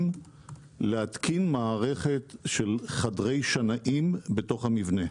להתקין מערכת של חדרי שנאים בתוך המבנה.